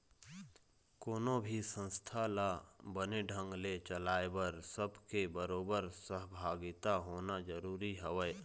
कोनो भी संस्था ल बने ढंग ने चलाय बर सब के बरोबर सहभागिता होना जरुरी हवय